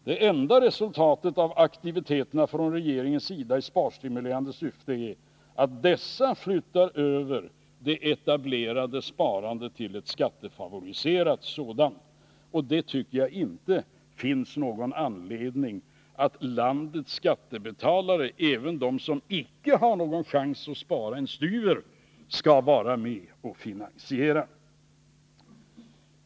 Det enda resultatet av aktiviteterna från regeringens sida i sparstimulerande syfte är att dessa välsituerade personer flyttar över det etablerade sparandet till ett skattefavoriserat sådant. Det tycker jag inte att det finns någon anledning att landets skattebetalare — även de som icke har någon chans att spara en styver — skall vara med och finansiera.